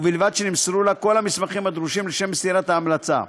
ובלבד שנמסרו לה כל המסמכים הדרושים לשם מסירת ההמלצה.